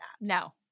No